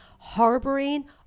Harboring